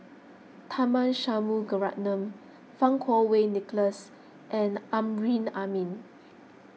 Tharman Shanmugaratnam Fang Kuo Wei Nicholas and Amrin Amin